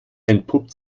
entpuppt